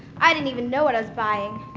i didn't even know what i was buying.